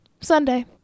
Sunday